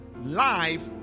Life